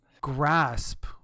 grasp